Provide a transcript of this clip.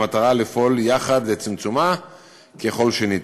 במטרה לפעול יחד לצמצומה ככל שניתן.